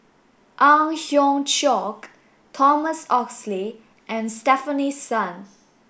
Ang Hiong Chiok Thomas Oxley and Stefanie Sun